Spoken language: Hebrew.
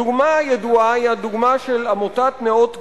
דוגמה ידועה היא הדוגמה של עמותת "נאות קדומים",